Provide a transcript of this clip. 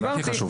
זה הכי חשוב.